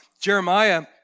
Jeremiah